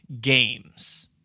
games